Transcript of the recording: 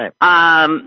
Right